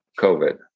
COVID